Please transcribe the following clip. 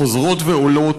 חוזרות ועולות